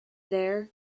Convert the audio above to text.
there